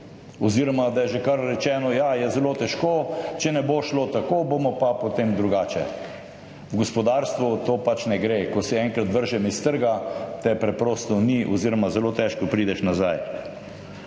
oziroma da je že kar rečeno, ja, je zelo težko, če ne bo šlo tako, bomo pa potem drugače? V gospodarstvu to pač ne gre. Ko si enkrat vržen s trga, te preprosto ni oziroma zelo težko prideš nazaj.